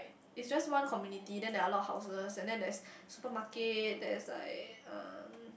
it's just one community then there are a lot houses and then that's supermarket there is like um